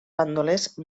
bandolers